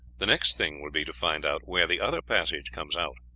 the next thing will be to find out where the other passage comes out.